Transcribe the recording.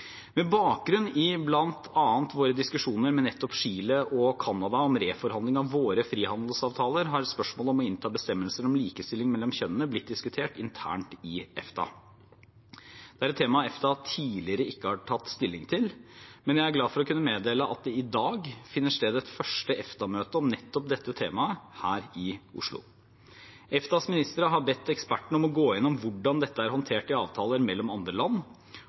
Med bakgrunn i bl.a. våre diskusjoner med nettopp Chile og Canada om reforhandling av våre frihandelsavtaler har spørsmålet om å innta bestemmelser om likestilling mellom kjønnene blitt diskutert internt i EFTA. Det er et tema EFTA tidligere ikke har tatt stilling til, men jeg er glad for å kunne meddele at det i dag finner sted et første EFTA-møte om nettopp dette temaet her i Oslo. EFTAs ministre har bedt ekspertene om gå gjennom hvordan dette er håndtert i avtaler mellom andre land,